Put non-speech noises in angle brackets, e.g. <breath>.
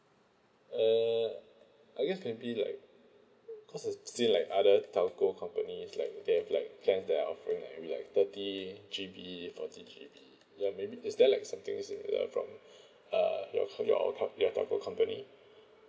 err I guess maybe like because it's still like other telco company is like they have like change their offering and maybe like thirty G_B fourty G_B ya maybe is there like something similar from <breath> uh your co~ your tel~ your telco company